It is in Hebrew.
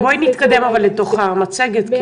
בואי נתקדם אל תוך המצגת.